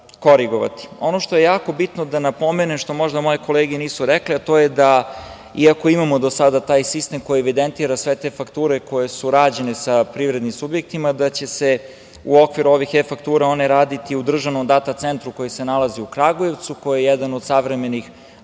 što je jako bitno da napomenem, što možda moje kolege nisu rekle, a to je da iako imamo do sada taj sistem koji evidentira sve te fakture koje su rađene sa privrednim subjektima, da će se u okviru ovih e-faktura one raditi u Državnom data centru koji se nalazi u Kragujevcu, koji je jedan od savremenih